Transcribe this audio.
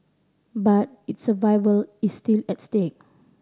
but its survival is still at stake